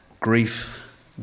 Grief